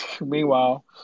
Meanwhile